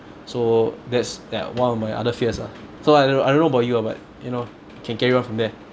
so that's that one of my other fears ah so I don't I don't know about you ah but you know you can carry on from there